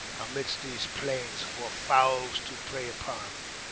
amidst these plains for fowls to prey upon.